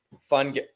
fun